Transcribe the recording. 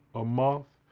a month.